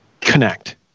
connect